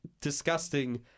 disgusting